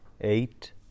eight